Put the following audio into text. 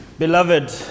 Beloved